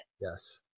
Yes